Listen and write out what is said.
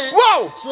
Whoa